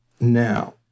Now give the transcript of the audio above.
now